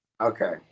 Okay